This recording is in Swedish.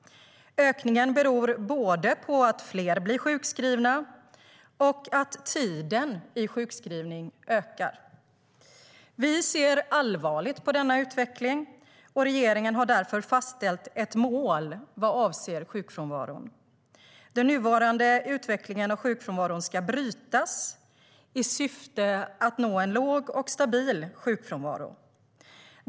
Ökningen beror både på att fler blir sjukskrivna och på att tiden i sjukskrivning ökar. Vi ser allvarligt på denna utveckling. Regeringen har därför fastställt ett mål vad avser sjukfrånvaron. Den nuvarande utvecklingen av sjukfrånvaron ska brytas i syfte att nå en låg och stabil sjukfrånvaro.